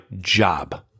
job